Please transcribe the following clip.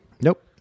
Nope